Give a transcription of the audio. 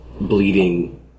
bleeding